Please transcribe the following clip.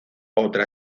otra